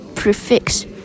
prefix